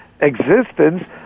existence